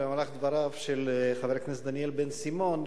של חבר הכנסת דניאל בן-סימון,